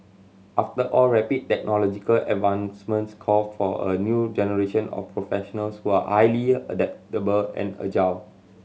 after all rapid technological advancements call for a new generation of professionals who are highly adaptable and agile